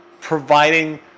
providing